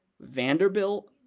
Vanderbilt